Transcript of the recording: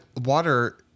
water